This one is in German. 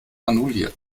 annulliert